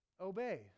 Obey